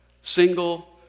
Single